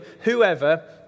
whoever